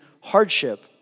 hardship